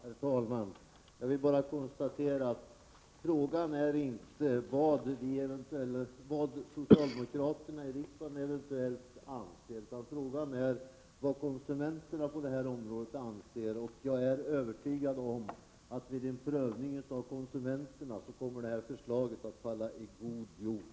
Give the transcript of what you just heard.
Herr talman! Med anledning av det sista Nic Grönvall sade vill jag bara konstatera att frågan inte är vad socialdemokraterna i riksdagen eventuellt anser, utan frågan är vad konsumenterna på det här området anser. Jag är 173 övertygad om att vårt förslag vid konsumenternas prövning kommer att falla i god jord.